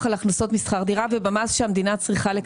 והוא משלם עבור שכר דירה ובסוף אתה אומר לי הלוואי עליך?